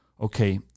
Okay